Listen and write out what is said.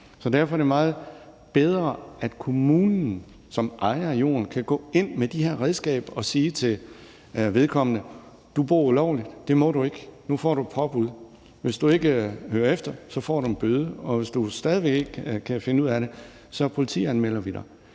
Så derfor er det meget bedre, at kommunen, som ejer jorden, kan gå ind med de her redskaber og sige til vedkommende: Du bor ulovligt, det må du ikke, nu får du et påbud; hvis du ikke hører efter, så får du en bøde, og hvis du stadig væk ikke kan finde ud af det, så politianmelder vi dig.